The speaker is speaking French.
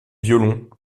violon